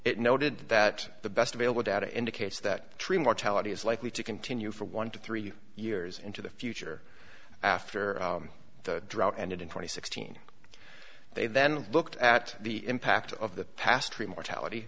it noted that the best available data indicates that tree mortality is likely to continue for one to three years into the future after the drought and in twenty sixteen they then looked at the impact of the past three mortality